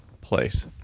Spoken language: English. place